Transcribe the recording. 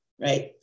right